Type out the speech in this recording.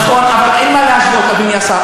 נכון, אבל אין מה לעשות, אדוני השר.